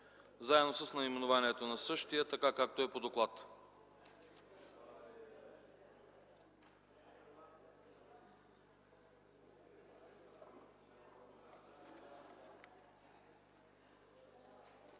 заедно с наименованието на същия така, както е по доклад.